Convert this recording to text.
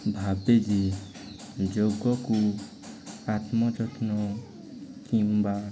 ଭାବେ ଯେ ଯୋଗକୁ ଆତ୍ମ ଯତ୍ନ କିମ୍ବା